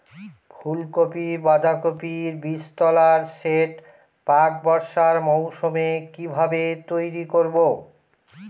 ফুলকপি বাধাকপির বীজতলার সেট প্রাক বর্ষার মৌসুমে কিভাবে তৈরি করব?